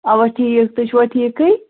اَوا ٹھیٖک تُہۍ چھُوا ٹھیٖکٕے